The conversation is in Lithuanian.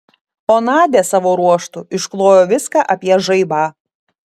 o nadia savo ruožtu išklojo viską apie žaibą